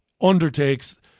undertakes